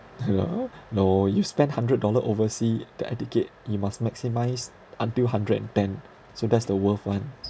lah no you spend hundred dollar oversea the air ticket you must maximise until hundred and ten so that's the worth ones